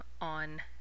on